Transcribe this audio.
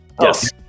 Yes